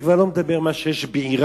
אני כבר לא מדבר על מה שיש בעירק.